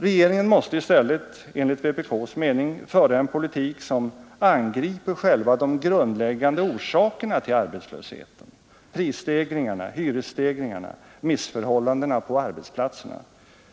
Regeringen måste i stället enligt vpk:s mening föra en politik som angriper själva de grundläggande orsakerna till arbetslösheten, prisstegringarna, hyresstegringarna, missförhållandena på arbetsplatserna,